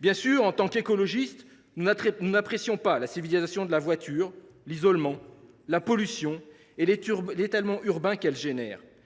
Bien sûr, en tant qu’écologistes, nous n’apprécions pas la civilisation de la voiture ni l’isolement, la pollution et l’étalement urbain qu’elle suscite.